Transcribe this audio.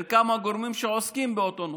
בין כמה גורמים שעוסקים באותו נושא.